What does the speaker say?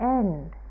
end